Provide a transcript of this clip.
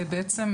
בעצם,